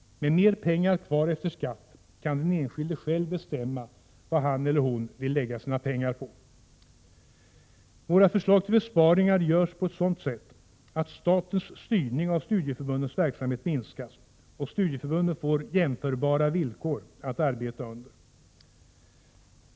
Med mer pengar kvar efter skatt kan den enskilde själv bestämma vad han eller hon vill lägga sina pengar på. Våra förslag till besparingar görs på ett sådant sätt att statens styrning av studieförbundens verksamhet minskas och studieförbunden får jämförbara villkor att arbeta under.